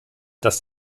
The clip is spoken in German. dass